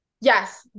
yes